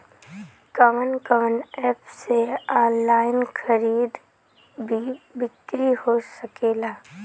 कवन कवन एप से ऑनलाइन खरीद बिक्री हो सकेला?